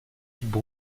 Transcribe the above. quitte